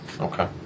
Okay